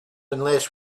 unless